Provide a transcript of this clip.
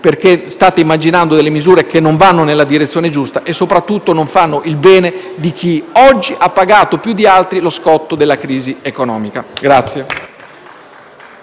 perché state immaginando delle misure che non vanno nella direzione giusta e soprattutto che non fanno il bene di chi oggi ha pagato più di altri lo scotto della crisi economica.